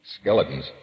Skeletons